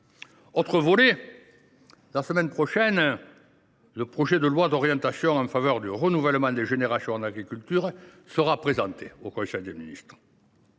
autre volet. La semaine prochaine, le projet de loi d’orientation en faveur du renouvellement des générations en agriculture sera présenté en conseil des ministres.